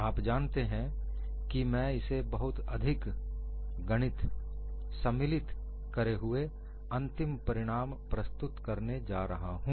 आप जानते हैं कि मैं इसे बिना बहुत अधिक गणित सम्मिलित करे हुए अंतिम परिणाम प्रस्तुत करने जा रहा हूं